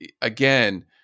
again